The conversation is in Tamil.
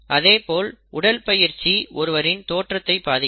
அதேபோல் உடற்பயிற்சி ஒருவரின் தோற்றத்தை பாதிக்கும்